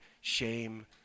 Shame